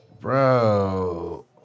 Bro